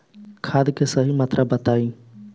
खाद के सही मात्रा बताई?